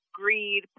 greed